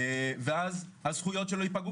ואז הזכויות שלו ייפגעו.